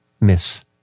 miss